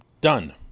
Done